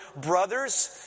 brothers